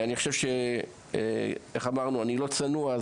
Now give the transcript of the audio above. אני לא צנוע,